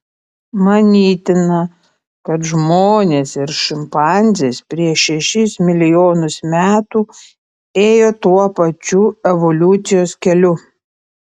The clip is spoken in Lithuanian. manytina kad žmonės ir šimpanzės prieš šešis milijonus metų ėjo tuo pačiu evoliucijos keliu